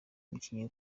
umukinnyi